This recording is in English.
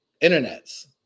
internets